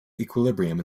equilibrium